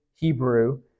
Hebrew